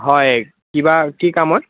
হয় কিবা কি কামত